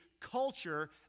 culture